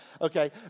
okay